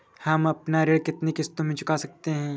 हम अपना ऋण कितनी किश्तों में चुका सकते हैं?